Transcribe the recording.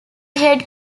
head